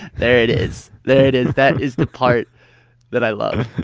there it is. there it is. that is the part that i love